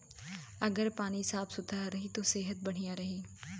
अगर पानी साफ सुथरा रही त सेहत बढ़िया रही